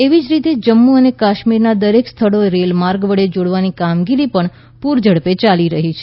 એવી જ રીતે જમ્મુ અને કાશ્મીરના દરેક સ્થળોએ રેલમાર્ગ વડે જોડવાની કામગીરી પણ પૂરઝડપે ચાલી રહી છે